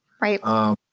Right